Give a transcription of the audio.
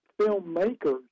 filmmakers